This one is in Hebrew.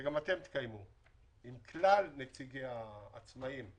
שגם אתם תקיימו עם כלל נציגי העצמאים,